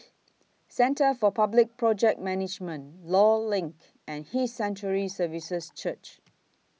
Centre For Public Project Management law LINK and His Sanctuary Services Church